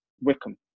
Wickham